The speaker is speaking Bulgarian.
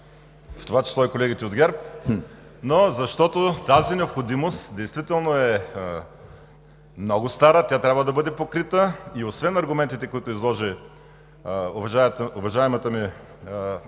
в това число и колегите от ГЕРБ (шум и реплики), но защото тази необходимост действително е много стара, тя трябва да бъде покрита. Освен аргументите, които изложи уважаемата ми